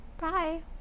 Bye